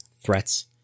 threats